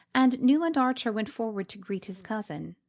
and newland archer went forward to greet his cousin.